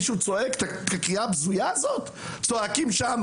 מול עיני השוטרים.